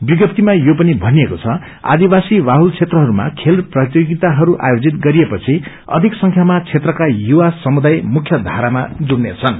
विज्ञप्तिममा यो पनि भनिएको छ आदविसी बाहुल क्षेत्रहरूमा खेल प्रतियोगिताहरू आयोजित गरिएपछि अधि संख्यामा क्षेत्रका युवा समुदाय मुख्य धरमा जुङ्क्कनेछन्